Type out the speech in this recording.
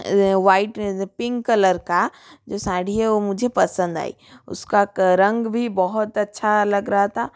white pink colour का जो साड़ी है वो मुझे पसंद आई उसका का रंग भी बहुत अच्छा लग रहा था और